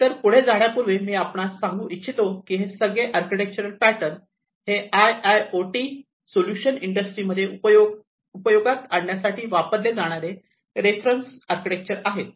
तर पुढे जाण्यापूर्वी मी आपणास सांगू इच्छितो की हे सगळे आर्किटेक्चरल पॅटर्न हे I I O T solution इंडस्ट्रीमध्ये उपयोगात आणण्यासाठी वापरले जाणारे रेफरन्स आर्किटेक्चर आहेत